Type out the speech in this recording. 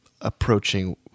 approaching